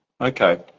okay